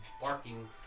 barking